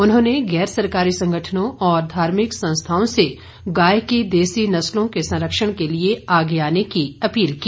उन्होंने गैर सरकारी संगठनों और धार्मिक संस्थाओं से गाय की देसी नस्लों के संरक्षण के लिए आगे आने की अपील की